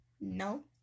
No